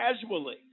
casually